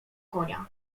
konia